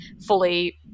fully